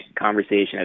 conversation